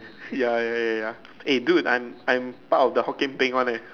ya ya ya ya eh dude I'm I'm part of the Hokkien Beng one leh